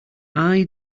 eye